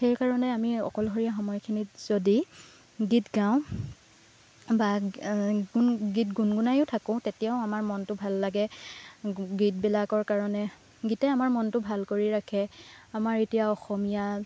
সেইকাৰণে আমি অকলশৰীয়া সময়খিনিত যদি গীত গাওঁ বা গুণ গীত গুণগুণায়ো থাকোঁ তেতিয়াও আমাৰ মনটো ভাল লাগে গীতবিলাকৰ কাৰণে গীতে আমাৰ মনটো ভাল কৰি ৰাখে আমাৰ এতিয়া অসমীয়া